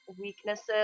weaknesses